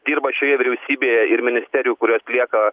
dirba šioje vyriausybėje ir ministerijų kurios lieka